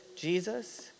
Jesus